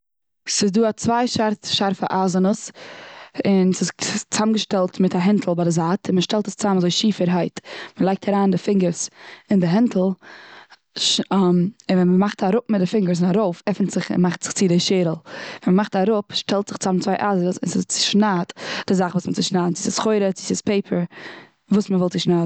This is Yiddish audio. ס'איז דא א צוויי שארפע איייזענעס, און ס'איז צוזאמגעשטעלט מיט א הענטל ביי די זייט, און מ'שטעלט עס צוזאם אזוי שיפערהייט. אןו מ'לייגט אריין די פינגערס און די הענטל, און ווען מ'מאכט אראפ מיט די פינגערס און ארויף עפנט זיך און מאכט זיך צי די שערל. און ווען מ'מאכט אראפ שטעלט זיך צוזאם צוויי אייזענעס און ס'צושניידט די זאך וואס מ'צושניידט צו ס'איז סחורה צו ס'איז פעיפער, וואס מ'וויל צושניידן.